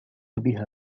بها